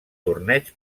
torneigs